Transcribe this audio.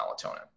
melatonin